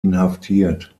inhaftiert